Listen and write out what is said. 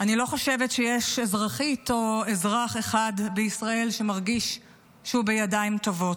אני לא חושבת שיש אזרחית או אזרח אחד בישראל שמרגיש שהוא בידיים טובות.